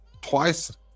twice